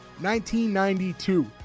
1992